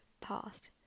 past